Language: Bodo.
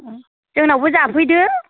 जोंनावबो जाफैदो